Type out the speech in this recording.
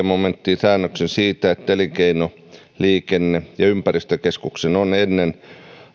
momenttiin säännöksen siitä että elinkeino liikenne ja ympäristökeskuksen on ennen